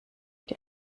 die